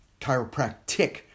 chiropractic